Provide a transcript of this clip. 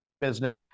business